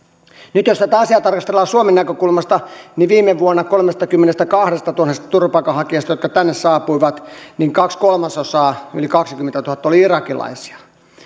nyt jos tätä asiaa tarkastellaan suomen näkökulmasta niin viime vuonna kolmestakymmenestäkahdestatuhannesta turvapaikanhakijasta jotka tänne saapuivat kaksi kolmasosaa yli kaksikymmentätuhatta oli irakilaisia